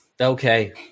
Okay